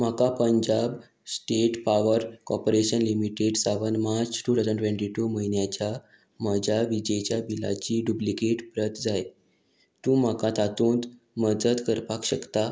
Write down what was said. म्हाका Punjab state power corporation limited seven March two thousand twenty two म्हयन्याच्या म्हज्या विजेच्या बिलाची डुप्लिकेट प्रत जाय तूं म्हाका तातूंत मजत करपाक शकता